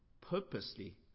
purposely